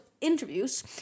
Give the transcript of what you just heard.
interviews